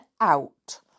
out